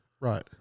Right